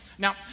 Now